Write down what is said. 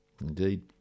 Indeed